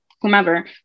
whomever